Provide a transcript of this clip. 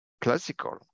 classical